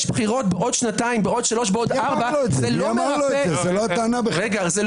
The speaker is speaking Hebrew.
יש בחירות עוד כמה שנים- -- זאת לא הטענה בכלל.